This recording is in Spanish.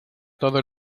todo